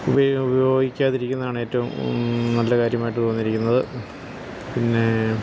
ഉപയോഗിക്കാതിരിക്കുന്നതാണ് ഏറ്റവും നല്ല കാര്യമായിട്ട് തോന്നിയിരിക്കുന്നത് പിന്നെ